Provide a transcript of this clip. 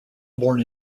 born